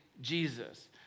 Jesus